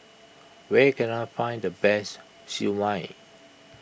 where can I find the best Siew Mai